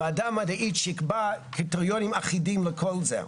ועדה מדעית שתקבע קריטריונים אחידים לכל זה.